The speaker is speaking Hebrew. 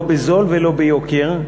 לא בזול ולא ביוקר.